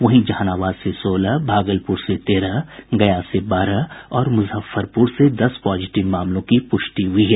वहीं जहानाबाद से सोलह भागलपुर से तेरह गया से बारह और मुजफ्फरपुर से दस पॉजिटिव मामलों की प्रष्टि हुई है